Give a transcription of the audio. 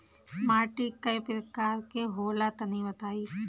माटी कै प्रकार के होला तनि बताई?